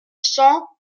cent